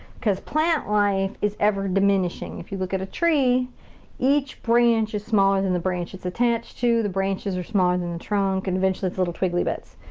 cause plant life is ever diminishing. if you look at a tree each branch is smaller than the branch it's attached to, the branches are smaller than the trunk, and eventually it's little twiggly bits.